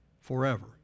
forever